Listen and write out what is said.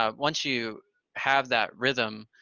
um once you have that rhythm,